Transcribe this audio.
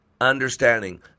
understanding